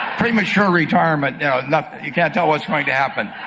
pretty much her retirement nothing. you can't tell, what's going to happen